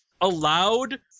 allowed